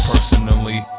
Personally